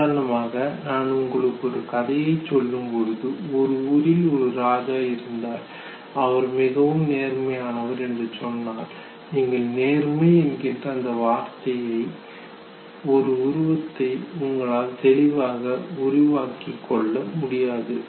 உதாரணமாக நான் உங்களுக்கு ஒரு கதையைச் சொல்லும் பொழுது ஒரு ஊரில் ஒரு ராஜா இருந்தார் அவர் மிகவும் நேர்மையானவர் என்று சொன்னால் நீங்கள் நேர்மை என்கின்ற அந்த வார்த்தைக்கான ஒரு உருவத்தை உங்களால் தெளிவாக உருவாக்கிகொள்ள முடியாது